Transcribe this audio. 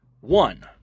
one